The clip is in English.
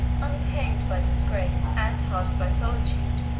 untamed by disgrace, and hardened by solitude,